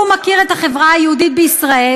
הוא מכיר את החברה היהודית בישראל,